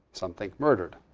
some think murdered.